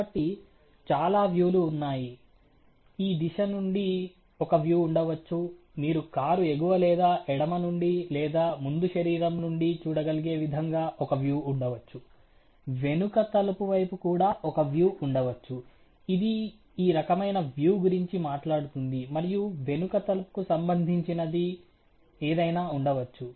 కాబట్టి చాలా వ్యూ లు ఉన్నాయి ఈ దిశ నుండి ఒక వ్యూ ఉండవచ్చు మీరు కారు ఎగువ లేదా ఎడమ నుండి లేదా ముందు శరీరం నుండి చూడగలిగే విధంగా ఒక వ్యూ ఉండవచ్చు వెనుక తలుపు వైపు కూడా ఒక వ్యూ ఉండవచ్చు ఇది ఈ రకమైన వ్యూ గురించి మాట్లాడుతుంది మరియు వెనుక తలుపుకు సంబంధించినది ఏదైనా ఉండవచ్చు